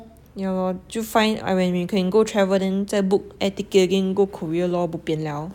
yeah lor 就 find err when we can go travel then 再 book air ticket again go Korea lor bo pian lah